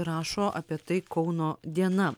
rašo apie tai kauno diena